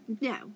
No